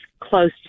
close